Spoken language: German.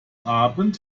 abend